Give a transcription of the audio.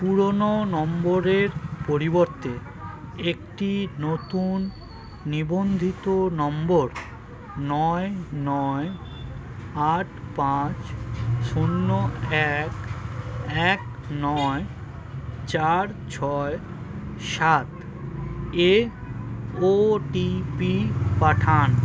পুরোনো নম্বরের পরিবর্তে একটি নতুন নিবন্ধিত নম্বর নয় নয় আট পাঁচ শূন্য এক এক নয় চার ছয় সাত এ ও টি পি পাঠান